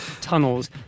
tunnels